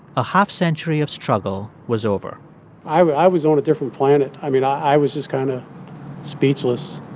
a half-century of struggle was over i was on a different planet. i mean, i was just kind of speechless.